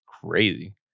crazy